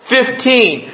Fifteen